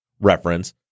reference